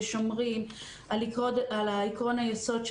ושומרים על העיקרון היסוד,